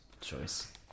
Choice